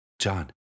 John